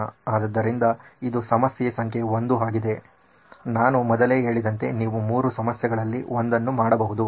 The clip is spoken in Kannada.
ಆದ್ದರಿಂದ ಇದು ಸಮಸ್ಯೆ ಸಂಖ್ಯೆ 1 ಆಗಿದೆ ನಾನು ಮೊದಲೇ ಹೇಳಿದಂತೆ ನೀವು 3 ಸಮಸ್ಯೆಗಳಲ್ಲಿ ಒಂದನ್ನು ಮಾಡಬಹುದು